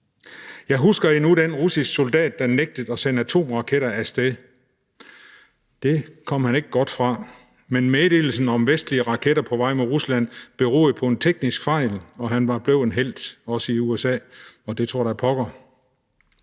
Jeg husker endnu den russiske soldat, der nægtede at sende atomraketter af sted, og det kom han ikke godt fra, men meddelelsen om vestlige raketter på vej mod Rusland beroede jo på en teknisk fejl, og han blev en helt, også i USA, og det tror da pokker.